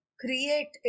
create